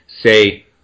say